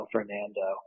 Fernando